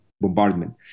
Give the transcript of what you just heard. bombardment